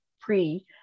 pre